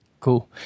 Cool